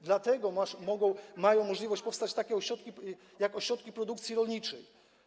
Dlatego mają możliwość powstawać takie ośrodki, jak ośrodki produkcji rolniczej.